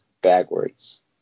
backwards